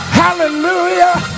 hallelujah